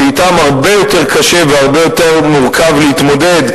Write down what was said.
אתם הרבה יותר קשה והרבה יותר מורכב להתמודד,